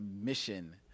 mission